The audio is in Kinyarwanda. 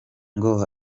ngo